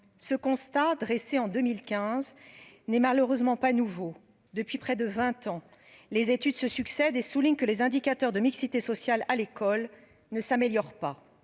ce constat dressé en 2015 n'est malheureusement pas nouveau depuis près de 20 ans. Les études se succèdent et souligne que les indicateurs de mixité sociale à l'école ne s'améliore pas